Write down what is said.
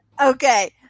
Okay